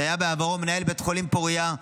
שהיה בעברו מנהל בית החולים פוריה.